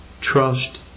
Trust